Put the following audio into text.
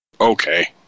Okay